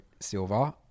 silver